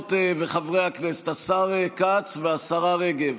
חברות וחברי הכנסת, השר כץ והשרה רגב.